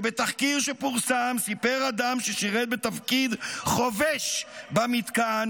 ש"בתחקיר שפורסם --- סיפר אדם ששירת בתפקיד חובש במתקן